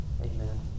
Amen